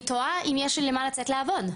אני תוהה אם יש למה לצאת לעבוד,